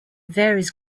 varies